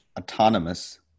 Autonomous